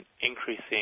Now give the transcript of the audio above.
increasing